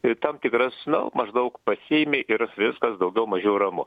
ir tam tikras na maždaug pasiėmei ir viskas daugiau mažiau ramu